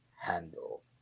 handle